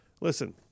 Listen